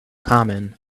common